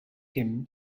him